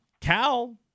Cal